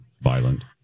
violent